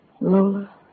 Lola